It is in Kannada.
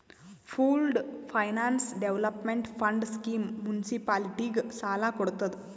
pooled finance development fund scheme ಮುನ್ಸಿಪಾಲಿಟಿಗ ಸಾಲ ಕೊಡ್ತುದ್